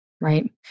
right